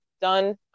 done